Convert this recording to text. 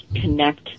connect